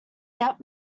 that